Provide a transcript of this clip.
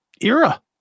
Era